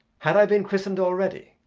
had i been christened already?